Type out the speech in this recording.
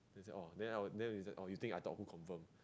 you say oh then I would then you say you think I thought who confirm